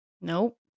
Nope